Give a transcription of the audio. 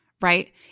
right